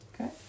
Okay